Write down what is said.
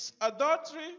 adultery